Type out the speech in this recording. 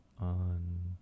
on